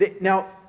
Now